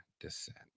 Descent